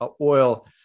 oil